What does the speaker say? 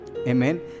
Amen